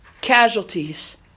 Casualties